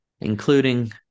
including